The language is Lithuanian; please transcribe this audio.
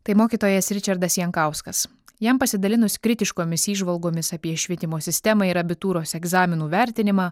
tai mokytojas ričardas jankauskas jam pasidalinus kritiškomis įžvalgomis apie švietimo sistemą ir abitūros egzaminų vertinimą